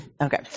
Okay